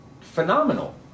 phenomenal